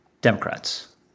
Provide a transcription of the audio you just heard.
democrats